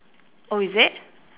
oh is it